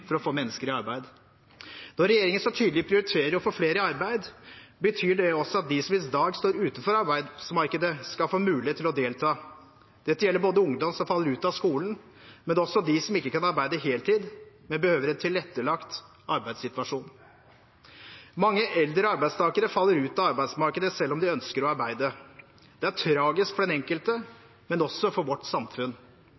for å få mennesker i arbeid. Når regjeringen så tydelig prioriterer å få flere i arbeid, betyr det også at de som i dag står utenfor arbeidsmarkedet, skal få mulighet til å delta. Dette gjelder både ungdom som faller ut av skolen, og også dem som ikke kan arbeide heltid, men behøver en tilrettelagt arbeidssituasjon. Mange eldre arbeidstakere faller ut av arbeidsmarkedet selv om de ønsker å arbeide. Det er tragisk for den enkelte,